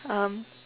um